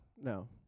No